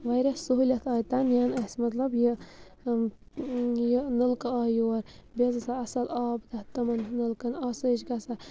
واریاہ سہوٗلیِت آیہِ تَنہٕ یَنہٕ اَسہِ مطلب یہِ یہِ نلکہٕ آو یور بیٚیہِ حظ آسان اصٕل آب تَتھ تِمَن نَلکَن آسٲیِش گَژھان